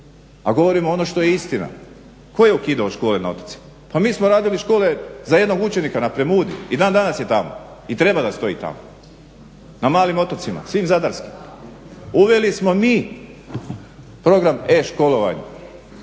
a govorimo ono što je istina. Tko je ukidao škole na otocima? Pa mi smo radili škole za jednog učenika na Premudi i dan danas je tamo. I treba da stoji tamo, na malim otocima, svim zadarskim. Uveli smo mi program e-školovanja